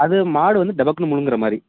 அது மாடு வந்து டபக்குனு முழுங்கிற மாதிரி